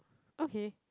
okay